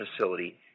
facility